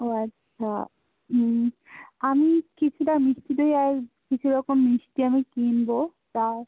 ও আচ্ছা আমি কিছুটা মিষ্টি দই আর কিছু রকম মিষ্টি আমি কিনবো তা